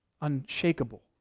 unshakable